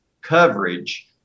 coverage